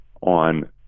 on